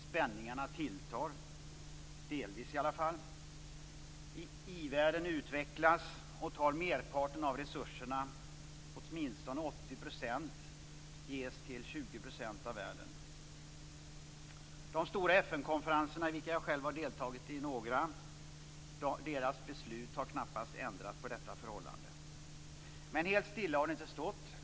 Spänningarna tilltar, delvis i alla fall. I-världen utvecklas och tar merparten av resurserna. Åtminstone 80 % ges till 20 % av världen. De stora FN konferenserna, av vilka jag själv har deltagit i några, och konferensernas beslut har knappast ändrat på detta förhållande. Men helt stilla har det inte stått.